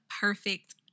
perfect